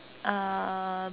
uh